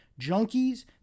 junkies